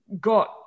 got